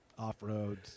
off-road